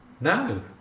No